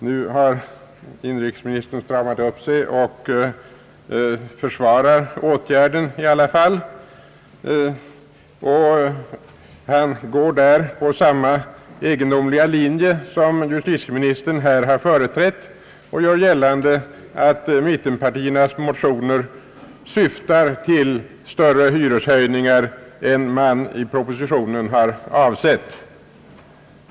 Nu har inrikesministern stramat upp sig och försvarar åtgärden i alla fall, och han går då på samma egendomliga linje som justitieministern här har gjort och gör gällande att mittenpartiernas motioner syftar till större hyreshöjningar än som avsetts i propositionen.